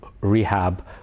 rehab